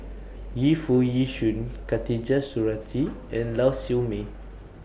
Yu Foo Yee Shoon Khatijah Surattee and Lau Siew Mei